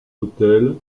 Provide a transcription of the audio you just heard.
autel